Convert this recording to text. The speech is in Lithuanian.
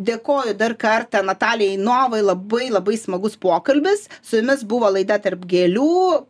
dėkoju dar kartą natalijai novai labai labai smagus pokalbis su jumis buvo laida tarp gėlių